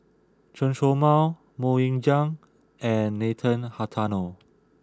Chen Show Mao Mok Ying Jang and Nathan Hartono